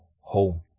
home